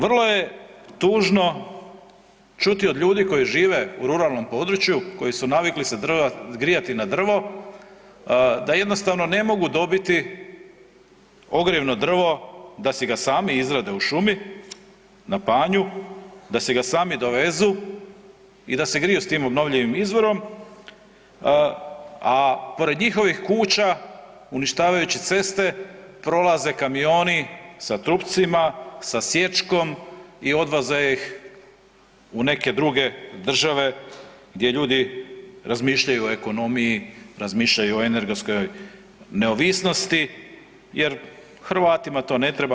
Vrlo je tužno čuti od ljudi koji žive u ruralnom području koji su navikli se grijati na drvo da jednostavno ne mogu dobiti ogrjevno drvo da si ga sami izrade u šumi na panju, da si ga sami dovezu i da se griju s tim obnovljivim izvorom, a pored njihovih kuća uništavajući ceste prolaze kamioni sa trupcima, sa sječkom i odvoze ih u neke druge države gdje ljudi razmišljaju o ekonomiji, razmišljaju o energetskoj neovisnosti, jer Hrvatima to ne treba.